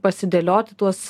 pasidėlioti tuos